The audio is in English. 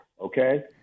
okay